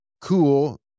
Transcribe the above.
cool